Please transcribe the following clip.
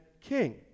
king